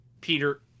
Peter